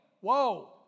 Whoa